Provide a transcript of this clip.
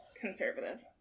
conservative